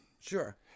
Sure